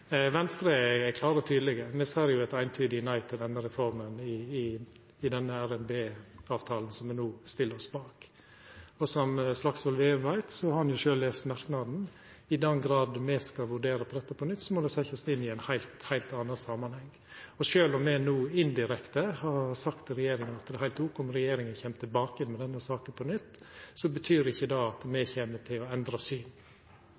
Venstre er klare og tydelege, me sa jo eit eintydig nei til denne reforma i den RNB-avtala som me no stiller oss bak. Og som Slagsvold Vedum veit – han har sjølv lese merknaden: I den grad me skal vurdera dette på nytt, må det setjast inn i ein heilt, heilt annan samanheng. Og sjølv om me no indirekte har sagt til regjeringa at det er heilt ok om regjeringa kjem tilbake med denne saka på nytt, betyr ikkje det at